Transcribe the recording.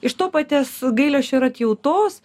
iš to paties gailesčio ir atjautos